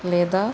లేదా